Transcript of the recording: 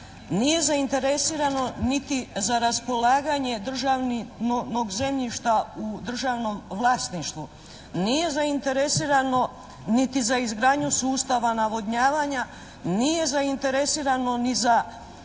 Nije zainteresirano niti za raspolaganje državnog zemljišta u državnom vlasništvu. Nije zainteresirano niti za izgradnju sustava navodnjavanja, nije zainteresirano ni za